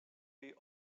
jej